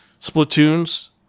Splatoon's